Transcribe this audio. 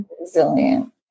resilient